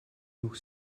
noch